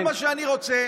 כל מה שאני רוצה,